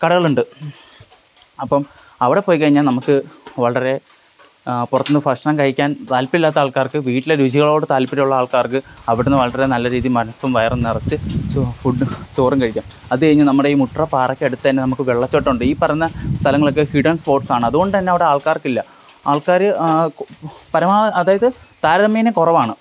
കടകളുണ്ട് അപ്പോള് അവിടെ പോയിക്കഴിഞ്ഞാല് നമുക്ക് വളരെ പുറത്തുനിന്ന് ഭക്ഷണം കഴിക്കാൻ താല്പര്യം ഇല്ലാത്ത ആൾക്കാർക്ക് വീട്ടിലെ രുചികളോട് താല്പര്യം ഉള്ള ആൾക്കാർക്ക് അവിടുന്ന് വളരെ നല്ല രീതിയിൽ മനസ്സും വയറും നിറച്ചു് ചോ ഫുഡ് ചോറും കഴിക്കാം അതുകഴിഞ്ഞ് നമ്മുടെ ഈ മുട്ട്ര പാറക്കടുത്തുതന്നെ നമുക്ക് വെള്ളച്ചാട്ടമുണ്ട് ഈ പറഞ്ഞ സ്ഥലങ്ങളൊക്കെ ഹിഡൻ സ്പോട്സാണ് അതുകൊണ്ടുതന്നെ അവിടെ ആൾക്കാർക്കില്ല ആൾക്കാര് പരമാവധി അതായത് താരതമ്യേന കുറവാണ്